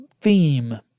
theme